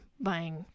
buying